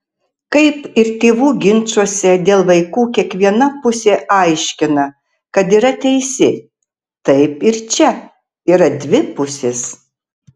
kaip ir tėvų ginčuose dėl vaikų kiekviena pusė aiškina kad yra teisi taip ir čia yra dvi pusės